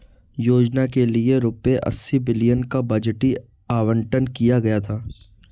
योजना के लिए रूपए अस्सी बिलियन का बजटीय आवंटन किया गया था